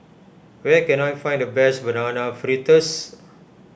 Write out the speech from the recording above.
where can I find the best Banana Fritters